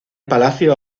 palacio